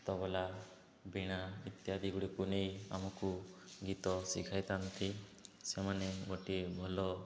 ତବଲା ବିଣା ଇତ୍ୟାଦି ଗୁଡ଼ିକୁ ନେଇ ଆମକୁ ଗୀତ ଶିଖାଇଥାନ୍ତି ସେମାନେ ଗୋଟିଏ ଭଲ